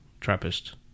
Trappist